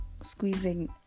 squeezing